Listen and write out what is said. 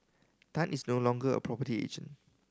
Tan is no longer a property agent